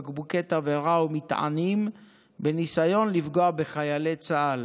בקבוקי תבערה או מטענים בניסיון לפגוע בחיילי צה"ל,